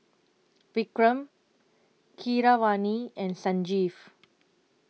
Vikram Keeravani and Sanjeev